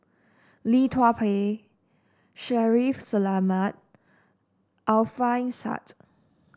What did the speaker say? Lee Tua Bai Shaffiq Selamat Alfian Sa'at